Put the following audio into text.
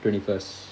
twenty first